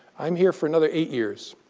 i'm here for another eight years.